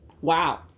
Wow